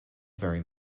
very